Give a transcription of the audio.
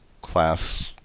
class